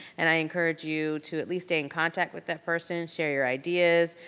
and i encourage you to at least stay in contact with that person, share your ideas,